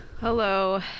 Hello